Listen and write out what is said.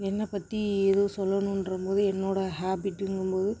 என்னை பற்றி எதுவும் சொல்லணும்றம் போது என்னோடய ஹேபிட்டுங்கும் போது